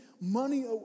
money